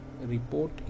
report